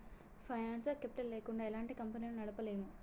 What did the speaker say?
financial capital లేకుండా ఎలాంటి కంపెనీలను నడపలేము